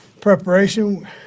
preparation